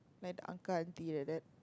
like the uncle auntie like that